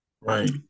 Right